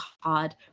hard